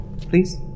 please